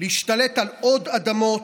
להשתלט על עוד אדמות,